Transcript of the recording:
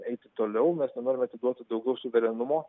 eiti toliau mes nenorime atiduoti daugiau suverenumo